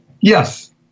Yes